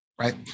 right